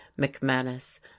McManus